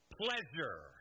pleasure